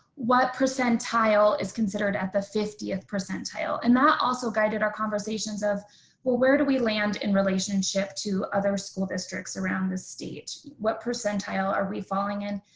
what percentile is considered at the fiftieth percentile? and that also guided our conversations of well where do we land in relationship to other school districts around the state? what percentile are we falling in?